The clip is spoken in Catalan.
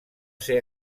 ser